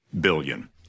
billion